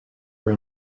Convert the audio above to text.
were